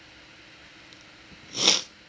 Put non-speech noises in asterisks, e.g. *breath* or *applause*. *breath*